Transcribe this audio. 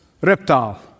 reptile